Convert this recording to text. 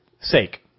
sake